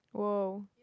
!woah!